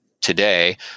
today